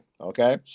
Okay